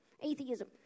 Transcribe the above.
atheism